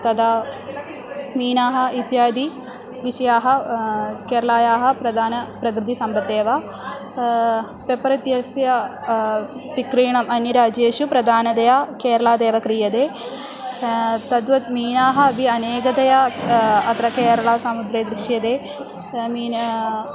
तदा मीनाः इत्यादिविषयाः केरलायाः प्रधानप्रकृतिसम्बधः एव पेप्परित्यस्य विक्रयणम् अन्यराज्येषु प्रधानतया केरलादेव क्रियते तद्वत् मीनाः अपि अनेकतया अत्र केरलसमुद्रे दृश्यते मीनाः